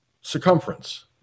circumference